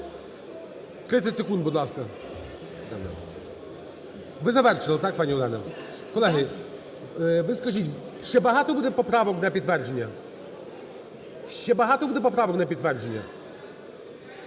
30 секунд, будь ласка. Ви завершили, так, пані Олена? Колеги, ви скажіть, ще багато буде поправок на підтвердження? Ще багато буде поправок на підтвердження?